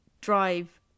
drive